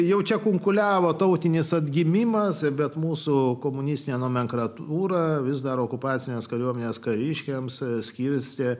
jau čia kunkuliavo tautinis atgimimas bet mūsų komunistinę nomenklatūrą vis daro okupacinės kariuomenės kariškiams skirstė